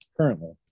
currently